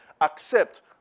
Accept